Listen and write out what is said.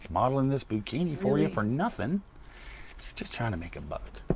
modeling this boo-kini for you for nothing. she's just trying to make a buck.